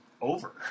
over